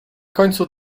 końcu